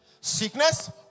Sickness